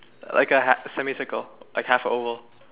like a h~ semi circle like half an oval